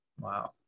Wow